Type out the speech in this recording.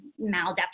maladaptive